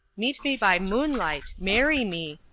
meet me by moonlight marry me,